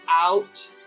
out